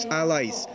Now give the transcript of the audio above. allies